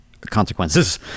consequences